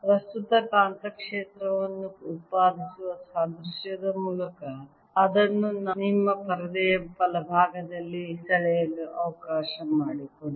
ಪ್ರಸ್ತುತ ಕಾಂತಕ್ಷೇತ್ರವನ್ನು ಉತ್ಪಾದಿಸುವ ಸಾದೃಶ್ಯದ ಮೂಲಕ ಅದನ್ನು ನಿಮ್ಮ ಪರದೆಯ ಬಲಭಾಗದಲ್ಲಿ ಸೆಳೆಯಲು ಅವಕಾಶ ಮಾಡಿಕೊಡಿ